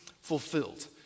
fulfilled